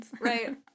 Right